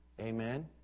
Amen